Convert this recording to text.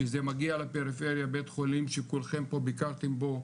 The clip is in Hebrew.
שזה מגיע לפריפריה בית חולים שכולכם פה ביקרתם בו,